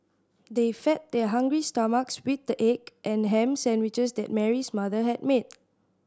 they fed their hungry stomachs with the egg and ham sandwiches that Mary's mother had made